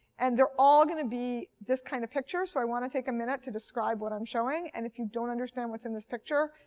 and they're all going to be this kind of picture. so i want to take a minute to describe what i'm showing. and if you don't understand what's in this picture,